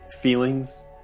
feelings